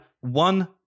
one